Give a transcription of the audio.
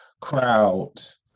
crowds